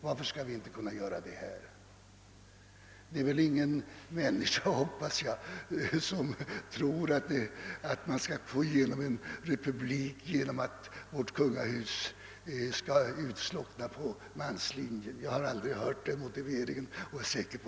Varför skall vi inte kunna göra det också i fråga om monarken?